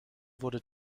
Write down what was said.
wurde